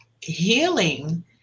healing